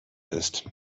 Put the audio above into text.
ist